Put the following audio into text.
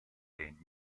legno